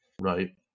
right